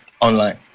online